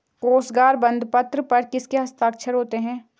कोशागार बंदपत्र पर किसके हस्ताक्षर होते हैं?